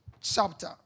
chapter